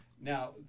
Now